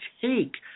take